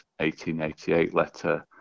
1888letter